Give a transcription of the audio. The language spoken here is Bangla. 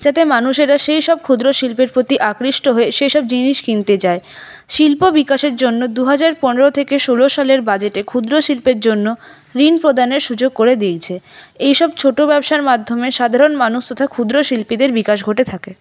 যাতে মানুষেরা সেসব ক্ষুদ্র শিল্পের প্রতি আকৃষ্ট হয়ে সেসব জিনিস কিনতে যায় শিল্প বিকাশের জন্য দু হাজার পনেরো থেকে ষোলো সালের বাজেটে ক্ষুদ্র শিল্পের জন্য ঋণ প্রদানের সুযোগ করে দিয়েছে এই সব ছোটো ব্যবসার মাধ্যমে সাধারণ মানুষ তথা ক্ষুদ্র শিল্পীদের বিকাশ ঘটে থাকে